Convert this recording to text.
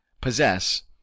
possess